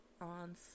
on